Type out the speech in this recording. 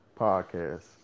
podcast